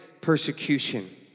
persecution